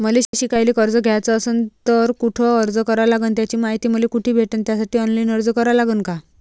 मले शिकायले कर्ज घ्याच असन तर कुठ अर्ज करा लागन त्याची मायती मले कुठी भेटन त्यासाठी ऑनलाईन अर्ज करा लागन का?